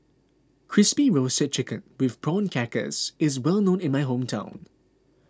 Crispy Roasted Chicken with Prawn Crackers is well known in my hometown